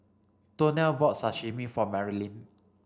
Donnell bought Sashimi for Marilynn